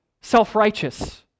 self-righteous